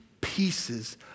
pieces